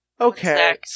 Okay